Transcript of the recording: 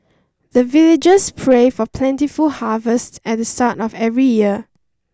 the villagers pray for plentiful harvest at the start of every year